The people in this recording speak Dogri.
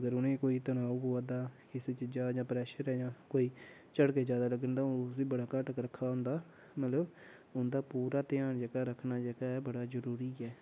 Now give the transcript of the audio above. अगर उ'नेंगी कोई तनाब होया दा किसै चीज़ा जां प्रेशर ऐ जां कोई झड़के ज्यादा लग्गन तां ओह् बी बड़ा घट्ट रक्खा दा होंदा मतलब उन्दा पूरा ध्यान जेह्का रक्खना जेह्का बड़ा जरुरी ऐ